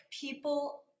people